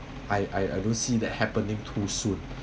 I I don't see that happening too soon